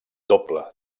doble